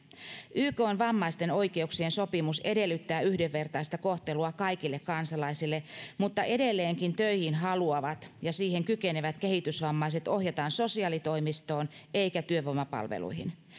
ykn vammaisten oikeuksien sopimus edellyttää yhdenvertaista kohtelua kaikille kansalaisille mutta edelleenkin töihin haluavat ja siihen kykenevät kehitysvammaiset ohjataan sosiaalitoimistoon eikä työvoimapalveluihin